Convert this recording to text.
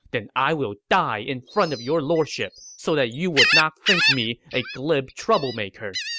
then i will die in front of your lordship, so that you would not think me a glib troublemaker.